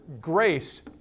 grace